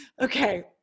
Okay